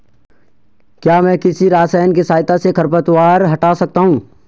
क्या मैं किसी रसायन के सहायता से खरपतवार हटा सकता हूँ?